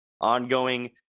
ongoing